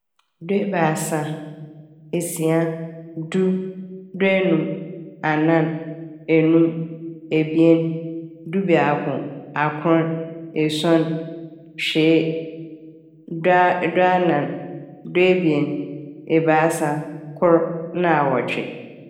Duebiasa, esia, du, duenum, anan, enum, ebien, dubiako, akron, esuon, hwee, du a- duanan, duebien, ebiasa, kor na awɔtwe.